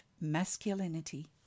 masculinity